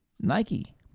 Nike